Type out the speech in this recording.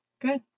Good